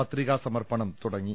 പത്രികാ സമർപ്പണം തുടങ്ങി